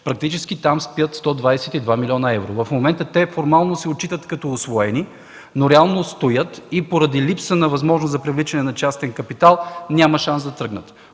практически там стоят 122 млн. евро. В момента те формално се отчитат като усвоени, но реално стоят и поради липса на възможност за привличане на частен капитал няма шанс да тръгнат.